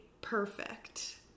perfect